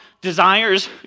Desires